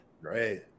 great